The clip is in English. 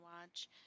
watch